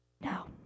no